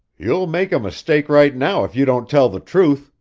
you'll make a mistake right now if you don't tell the truth!